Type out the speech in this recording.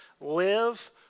live